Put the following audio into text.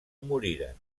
moriren